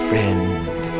Friend